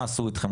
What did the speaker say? מה עשו איתכם,